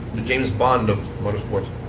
james bond of motor sports.